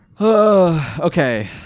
Okay